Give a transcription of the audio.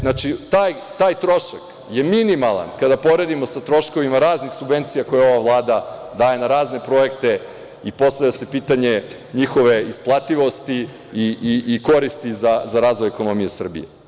Znači, taj trošak je minimalan kada poredimo sa troškovima raznih subvencija koje ova Vlada daje na razne projekte i postavlja se pitanje njihove isplativosti i koristi za razvoj ekonomije Srbije.